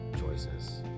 choices